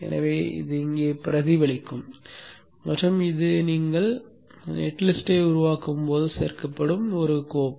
எனவே இது இங்கே பிரதிபலிக்கும் மற்றும் இது நீங்கள் நெட் லிஸ்ட் உருவாக்கும் போது சேர்க்கப்படும் ஒரு கோப்பு